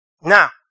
Now